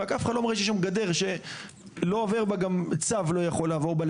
רק אף אחד לא מראה שיש שם גדר שגם צב לא יכול לעבור בה,